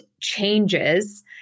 changes